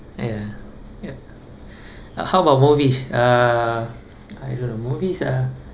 ya ya how about movies uh I don't know movies uh